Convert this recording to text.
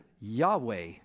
Yahweh